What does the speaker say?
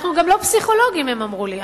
אנחנו גם לא פסיכולוגים, הם אמרו לי.